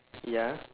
ya